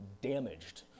damaged